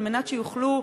על מנת שיוכלו,